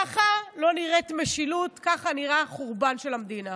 ככה לא נראית משילות, ככה נראה חורבן של המדינה.